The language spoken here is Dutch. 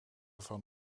van